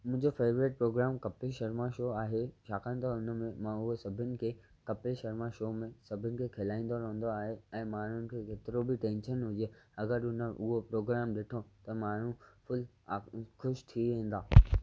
मुंहिंजो favourite programme Kapil Sharma show आहे छाकाणि त हुन में मां उहो सभिनी खे कपिल शर्मा शो मां सभिनी खे खिलाईंदो रहंदो आहे ऐं माण्हुनि खे केतिरो बि टेंशन हुजे अगरि हुननि उहो प्रोग्राम ॾिठो त माण्हू फुल ख़ुशि थी वेंदा